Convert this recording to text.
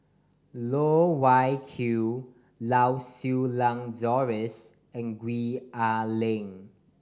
Loh Wai Kiew Lau Siew Lang Doris and Gwee Ah Leng